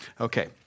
Okay